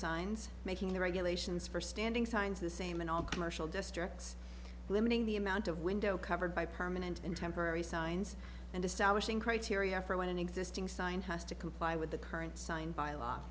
signs making the regulations for standing signs the same in all commercial districts limiting the amount of window covered by permanent and temporary signs and establishing criteria for when an existing sign has to comply with the current signed by law